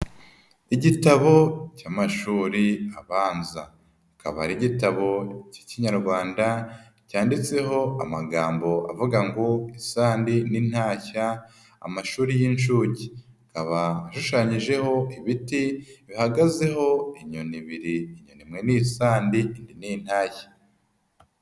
Igitabo cy'amashuri abanza, akaba ari igitabo k'Ikinyarwanda cyanditseho amagambo avuga ngo isandi n'intashya amashuri y'inshuke, akaba ashushanyijeho ibiti bihagazeho inyoni ibiri, inyoni imwe ni isandi indi ni intashya.